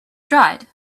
dried